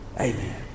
Amen